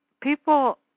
people